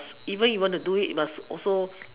even if you want to do it you must also